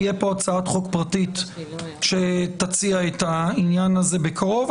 תהיה פה הצעת חוק פרטית שתציע את העניין הזה בקרוב.